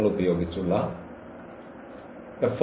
This again its a projection map